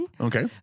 Okay